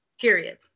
Period